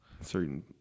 Certain